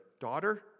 Daughter